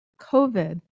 COVID